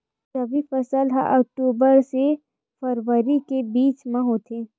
रबी फसल हा अक्टूबर से फ़रवरी के बिच में होथे